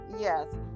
yes